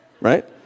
right